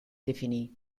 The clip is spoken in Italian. definì